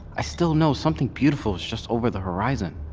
i still know something beautiful is just over the horizon